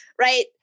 right